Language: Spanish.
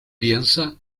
piensa